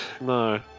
No